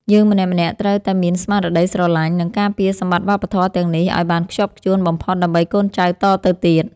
យើងម្នាក់ៗត្រូវតែមានស្មារតីស្រឡាញ់ និង ការពារសម្បត្តិវប្បធម៌ទាំងនេះឱ្យបានខ្ជាប់ខ្ជួនបំផុតដើម្បីកូនចៅតទៅទៀត។